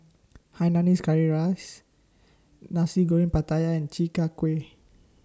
Hainanese Curry Rice Nasi Goreng Pattaya and Chi Kak Kuih